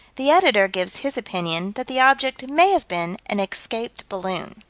the editor gives his opinion that the object may have been an escaped balloon.